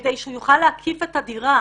כדי שהוא יוכל להקיף את הדירה.